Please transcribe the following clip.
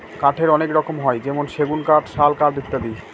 কাঠের অনেক রকম হয় যেমন সেগুন কাঠ, শাল কাঠ ইত্যাদি